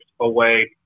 away